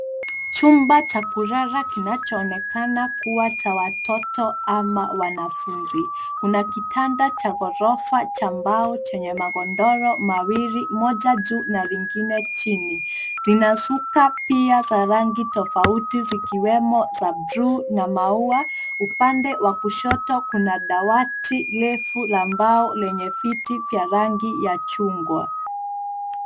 Chumba cha kulala kinachoonekana kuwa cha watoto ama wanafunzi. Kuna kitanda cha ghorofa cha mbao chenye magodoro mawili, moja juu na lingine chini. Zina shuka pia za rangi tofauti zikiwemo za bluu na maua. Upande wa kushoto kuna dawati refu la mbao lenye viti vya rangi ya chungwa.